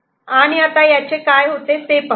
E आणि आता याचे काय होते ते पाहू